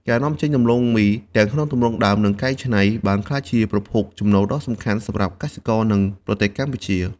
ការនាំចេញដំឡូងមីទាំងក្នុងទម្រង់ដើម និងកែច្នៃ បានក្លាយជាប្រភពចំណូលដ៏សំខាន់សម្រាប់កសិករ និងប្រទេសកម្ពុជា។